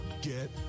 Get